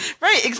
Right